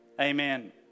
amen